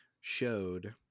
showed